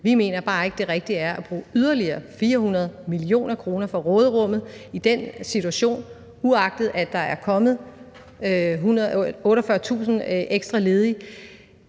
i den situation er det rigtige at bruge yderligere 400 mio. kr. fra råderummet; uagtet at der er kommet 48.000 ekstra ledige,